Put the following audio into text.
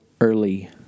early